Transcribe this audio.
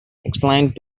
explained